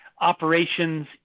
operations